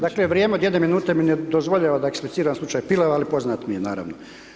Dakle vrijeme od 1 min mi ne dozvoljava da ekspliciram slučaj Pilav, ali poznat mi je naravno.